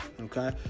Okay